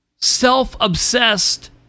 self-obsessed